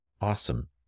Awesome